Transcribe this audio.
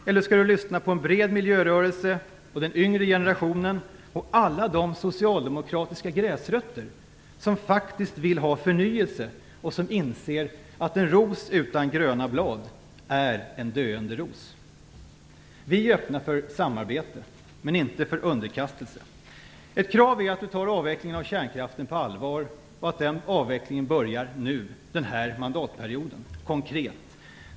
Eller skall han lyssna på en bred miljörörelse och den yngre generationen samt alla de socialdemokratiska gräsrötter som faktiskt vill ha förnyelse och som inser att en ros utan gröna blad är en döende ros. Vi är öppna för samarbete men inte för underkastelse. Ett konkret krav är att Ingvar Carlsson tar avvecklingen av kärnkraften på allvar och att avvecklingen börjar nu under denna mandatperiod.